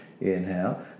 Inhale